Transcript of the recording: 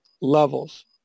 levels